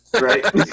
right